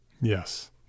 Yes